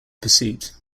pursuit